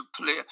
player